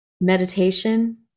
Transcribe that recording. meditation